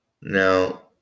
Now